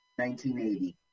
1980